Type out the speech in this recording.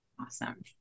Awesome